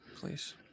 please